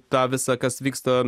tą visa kas vyksta